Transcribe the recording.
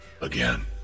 again